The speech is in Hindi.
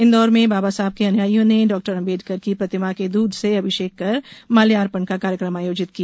इंदौर में बाबा साहेब के अनुयाइयों ने डॉ आंबेडकर की प्रतिमा के दूध से अभिषेक कर माल्यापर्ण का कार्यक्रम आयोजित किया